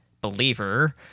Believer